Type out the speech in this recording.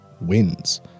wins